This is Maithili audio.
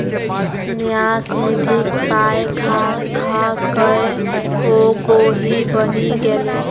न्यास निधिक पाय खा खाकए ओ गोहि बनि गेलै